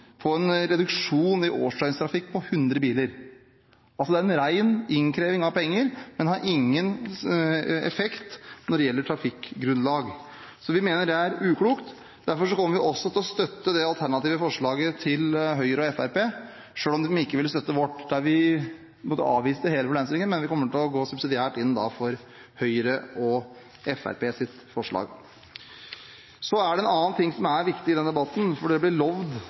få en reduksjon i årsdøgntrafikk på 100 biler. Det er altså en ren innkreving av penger, men har ingen effekt når det gjelder trafikkgrunnlag. Vi mener det er uklokt. Derfor kommer vi til å støtte det alternative forslaget til Høyre og Fremskrittspartiet, selv om de ikke ville støtte vårt, der vi på en måte avviste hele problemstillingen, men vi kommer til å gå subsidiært inn for Høyre og Fremskrittspartiets forslag. Så er det en annen ting som er viktig i denne debatten, for det